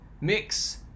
mix